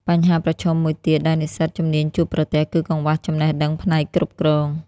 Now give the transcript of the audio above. បញ្ហាប្រឈមមួយទៀតដែលនិស្សិតជំនាញជួបប្រទះគឺកង្វះចំណេះដឹងផ្នែកគ្រប់គ្រង។